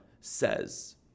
says